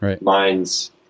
minds